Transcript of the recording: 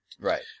Right